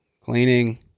cleaning